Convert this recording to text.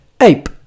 Ape